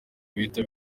guhita